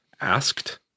asked